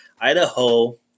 Idaho